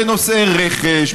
בנושא רכש,